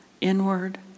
inward